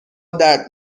درد